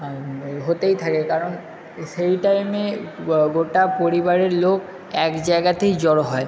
হতেই থাকে কারণ সেই টাইমে গোটা পরিবারের লোক এক জায়গাতেই জড়ো হয়